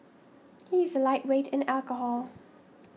he is a lightweight in alcohol